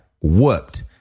whooped